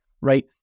right